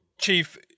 Chief